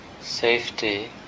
safety